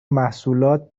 محصولات